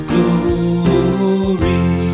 Glory